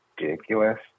ridiculous